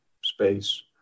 space